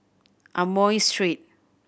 Amoy Street